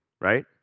Right